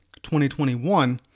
2021